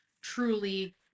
truly